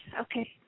Okay